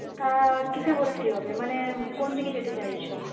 তা কীসে ভর্তি হবে মানে কোনদিকে যেতে চাইছ